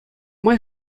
май